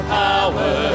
power